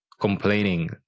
complaining